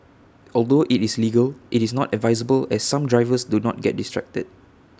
although IT is legal IT is not advisable as some drivers do get distracted